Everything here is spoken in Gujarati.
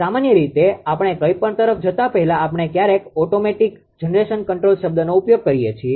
સામાન્ય રીતે આપણે કંઈપણ તરફ જતા પહેલા આપણે ક્યારેક ઓટોમેટીક જનરેશન કંટ્રોલ શબ્દનો ઉપયોગ કરીએ છીએ